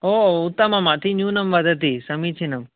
ओ उत्तमम् अतिन्यूनं वदति समीचीनं